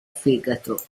fegato